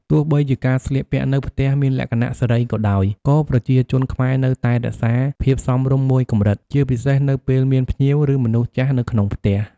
ទោះបីជាការស្លៀកពាក់នៅផ្ទះមានលក្ខណៈសេរីក៏ដោយ ក៏ប្រជាជនខ្មែរនៅតែរក្សាភាពសមរម្យមួយកម្រិត ជាពិសេសនៅពេលមានភ្ញៀវ ឬមនុស្សចាស់នៅក្នុងផ្ទះ។